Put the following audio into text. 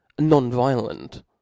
nonviolent